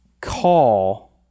call